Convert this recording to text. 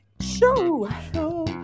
Show